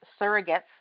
surrogates